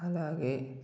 అలాగే